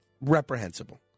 reprehensible